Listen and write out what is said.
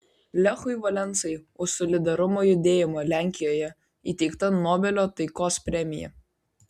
lechui valensai už solidarumo judėjimą lenkijoje įteikta nobelio taikos premija